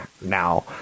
now